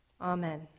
amen